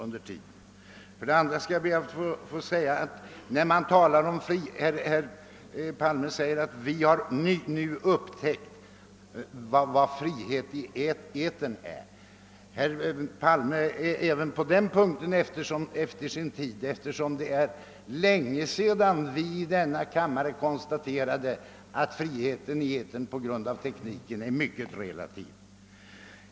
När herr Palme säger att vi nu har upptäckt vad frihet i etern innebär, vill jag framhålla, att herr Palme även på den punkten är efter sin tid, eftersom det är länge sedan vi i denna kammare konstaterade, att friheten i etern på grund av tekniken är mycket relativ.